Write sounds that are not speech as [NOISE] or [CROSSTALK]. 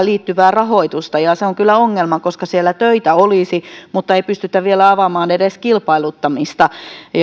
[UNINTELLIGIBLE] liittyvää rahoitusta se on kyllä ongelma koska siellä töitä olisi mutta ei pystytä vielä avaamaan edes kilpailuttamista